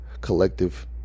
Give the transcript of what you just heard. collective